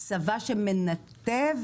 צבא שמנתב